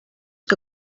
que